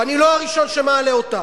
ואני לא הראשון שמעלה אותה,